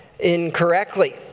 Incorrectly